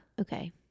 Okay